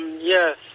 Yes